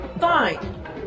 Fine